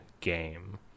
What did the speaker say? game